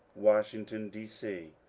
washington, d. c.